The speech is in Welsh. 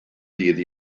ddydd